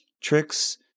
tricks